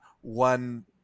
one